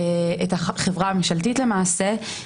את החברה הממשלתית למעשה.